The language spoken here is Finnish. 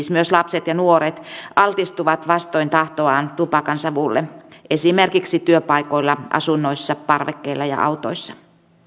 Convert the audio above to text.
myös lapset ja nuoret altistuvat vastoin tahtoaan tupakansavulle esimerkiksi työpaikoilla asunnoissa parvekkeilla ja autoissa